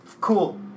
cool